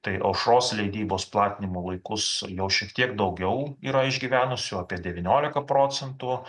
tai aušros leidybos platinimo laikus jau šiek tiek daugiau yra išgyvenusių apie devyniolika procentų